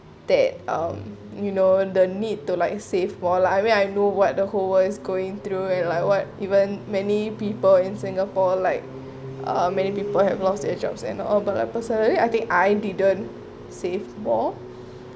that um you know the need to like save more like I mean I know what the whole world is going through and like what even many people in singapore like many people have lost their jobs and all but I personally I think I didn't save more